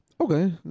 Okay